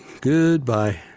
Goodbye